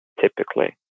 typically